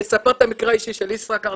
אני אספר את המקרה של ישראכרט.